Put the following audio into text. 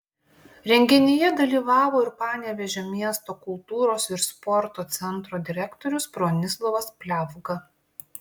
renginyje dalyvavo ir panevėžio miesto kultūros ir sporto centro direktorius bronislovas pliavga